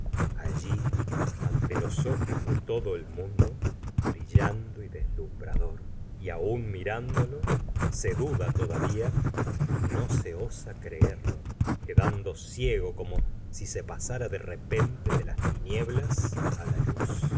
allí ante los ojos de todo el mundo brillando y deslumbrador y aun mirándolo se duda todavía y no se osa creerlo quedando ciego como si se pasara de repente de las tinieblas l luz